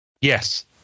Yes